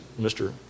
Mr